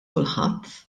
kulħadd